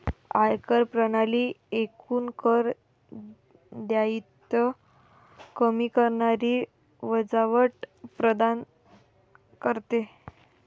आयकर प्रणाली एकूण कर दायित्व कमी करणारी वजावट प्रदान करते